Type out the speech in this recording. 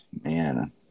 man